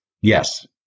Yes